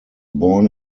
born